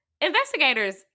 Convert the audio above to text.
Investigators